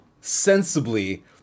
sensibly